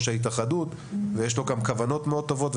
ההתאחדות ויש לו גם כוונות מאוד טובות.